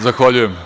Zahvaljujem.